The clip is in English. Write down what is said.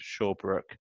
shawbrook